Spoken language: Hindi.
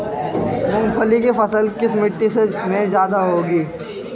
मूंगफली की फसल किस मिट्टी में ज्यादा होगी?